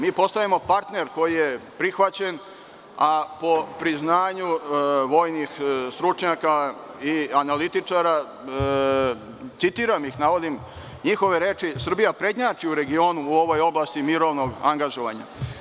Mi postajemo partner koji je prihvaćen, a po priznanju vojnih stručnjaka i analitičara, citiram ih, navodim njihove reči: „Srbija prednjači u regionu u ovoj oblasti mirovnog angažovanja“